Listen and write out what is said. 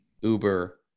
Uber